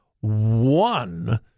one